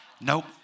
Nope